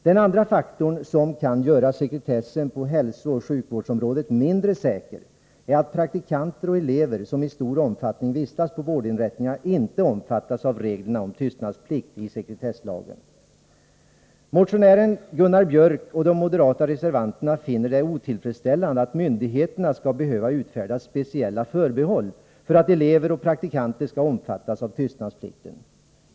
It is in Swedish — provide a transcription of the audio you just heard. Den andra faktorn som kan göra sekretessen på hälsooch sjukvårdsområdet mindre säker är att praktikanter och elever, som i stor omfattning vistas på vårdinrättningarna, inte omfattas av reglerna om tystnadsplikt i sekretesslagen. Motionären Gunnar Biörck i Värmdö och de moderata reservanterna finner det otillfredsställande att myndigheterna skall behöva utfärda speciella förbehåll för att elever och praktikanter skall omfattas av tystnadsplikten.